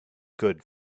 good